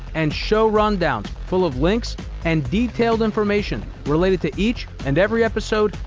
and show rundowns full of links and detailed information related to each and every episode,